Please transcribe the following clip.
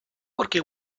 porque